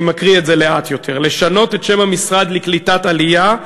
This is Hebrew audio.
אני מקריא את זה לאט יותר: לשנות את שם המשרד לקליטת העלייה,